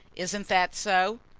isn't that so?